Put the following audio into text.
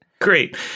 Great